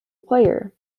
player